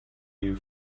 you